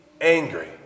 angry